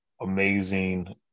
amazing